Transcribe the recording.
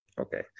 Okay